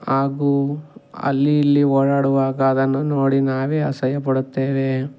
ಹಾಗೂ ಅಲ್ಲಿ ಇಲ್ಲಿ ಓಡಾಡುವಾಗ ಅದನ್ನು ನೋಡಿ ನಾವೇ ಅಸಹ್ಯ ಪಡುತ್ತೇವೆ